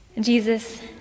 Jesus